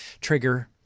trigger